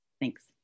Thanks